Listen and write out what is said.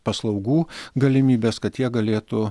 paslaugų galimybes kad jie galėtų